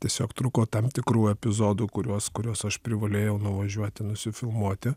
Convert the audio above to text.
tiesiog trūko tam tikrų epizodų kuriuos kuriuos aš privalėjau nuvažiuoti nusifilmuoti